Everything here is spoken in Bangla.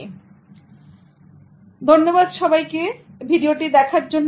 থ্যাংক ইউ ধন্যবাদ সবাইকে ভিডিও দেখার জন্য